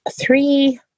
three